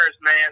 man